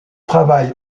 travail